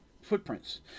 footprints